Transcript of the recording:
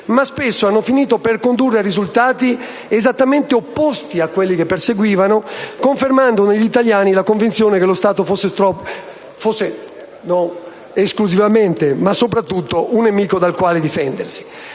ma spesso hanno finito per condurre a risultati esattamente opposti a quelli che perseguivano, confermando negli italiani la convinzione che lo Stato fosse non esclusivamente, ma soprattutto un nemico dal quale difendersi.